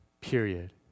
Period